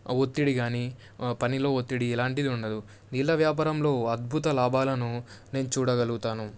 ఒత్తిడి కానీ పనిలో ఒత్తిడి ఎలాంటిది ఉండదు నీళ్ళ వ్యాపారంలో అద్భుత లాభాలను నేను చూడగలుగుతాను